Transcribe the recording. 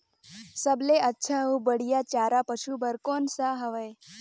सबले अच्छा अउ बढ़िया चारा पशु बर कोन सा हवय?